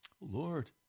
Lord